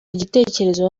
igitekerezo